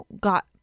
got